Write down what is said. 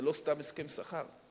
זה לא סתם הסכם שכר,